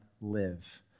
live